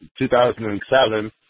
2007